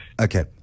Okay